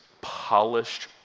polished